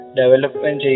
development